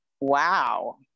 Wow